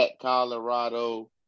Colorado